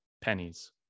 pennies